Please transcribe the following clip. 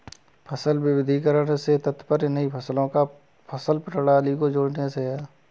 फसल विविधीकरण से तात्पर्य नई फसलों या फसल प्रणाली को जोड़ने से है